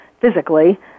physically